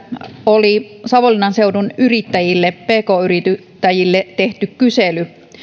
oli savonlinnan seudun pk yrittäjille tehty kysely